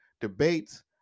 debates